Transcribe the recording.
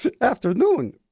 afternoon